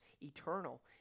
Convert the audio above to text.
eternal